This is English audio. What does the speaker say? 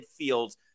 midfield